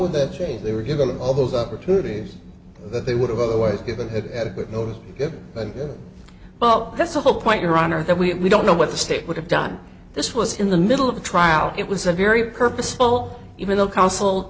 would that say they were given to all those opportunities that they would have otherwise given had adequate notice but well that's the whole point your honor that we don't know what the state would have done this was in the middle of a trial it was a very purposeful even though counsel